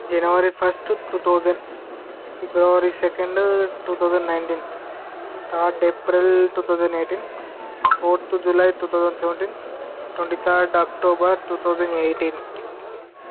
January first two thousand February second two thousand nineteen third April two thousand eighteen fourth July two thousand seventeen twenty third October two thousand eighteen